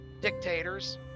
dictators